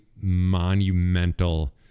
monumental